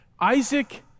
Isaac